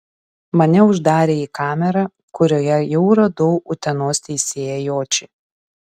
mane uždarė į kamerą kurioje jau radau utenos teisėją jočį